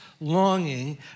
longing